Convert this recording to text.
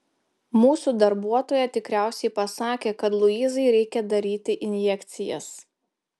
mūsų darbuotoja tikriausiai pasakė kad luizai reikia daryti injekcijas